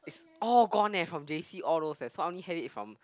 it's all gone eh from j_c all those eh so I only had it from